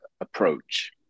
approach